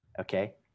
Okay